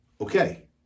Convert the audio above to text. Okay